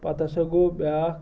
پَتہٕ ہَسا گوٚو بیٛاکھ